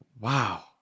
Wow